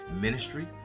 ministry